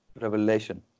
revelation